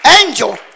Angel